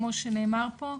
כמו שנאמר פה,